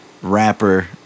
Rapper